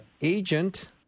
agent